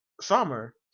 Summer